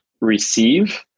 receive